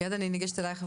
מיד אני ניגשת אליך,